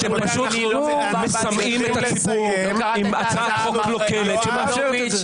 הצעת חוק קלוקלת.